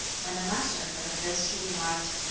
when the master heard of this he remarked,